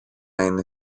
είναι